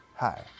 Hi